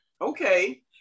okay